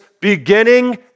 beginning